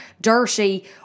Dirty